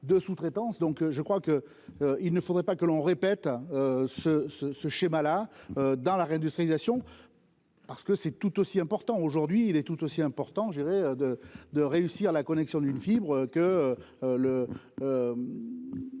de sous-traitance donc je crois que il ne faudrait pas que l'on répète ce ce ce schéma-là dans la réindustralisation. Parce que c'est tout aussi important, aujourd'hui, il est tout aussi important je dirais de de réussir la connexion d'une fibre que